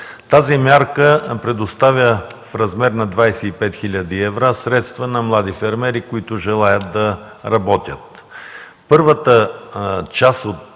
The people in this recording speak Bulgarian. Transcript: Тази мярка предоставя в размер на 25 хил. евро средства на млади фермери, които желаят да работят.